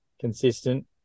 consistent